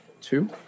two